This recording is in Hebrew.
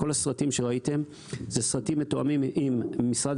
כל הסרטים שראיתם אלו סרטים מתואמים עם משרד